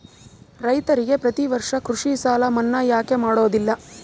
ರೈತರಿಗೆ ಪ್ರತಿ ವರ್ಷ ಕೃಷಿ ಸಾಲ ಮನ್ನಾ ಯಾಕೆ ಮಾಡೋದಿಲ್ಲ?